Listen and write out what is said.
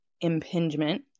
impingement